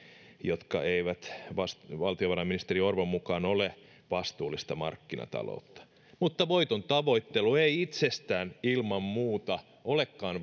jotka eivät valtiovarainministeri orvon mukaan ole vastuullista markkinataloutta mutta voitontavoittelu ei itsestään ilman muuta olekaan